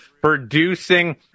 producing